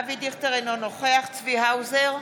אינו נוכח צבי האוזר,